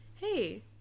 Hey